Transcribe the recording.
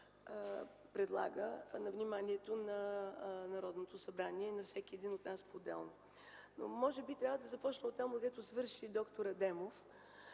колега на вниманието на Народното събрание и на всеки един от нас поотделно. Може би трябва да започна оттам, където завърши д-р Адемов.